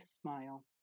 smile